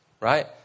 right